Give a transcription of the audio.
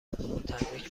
تبریک